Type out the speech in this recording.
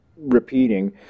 repeating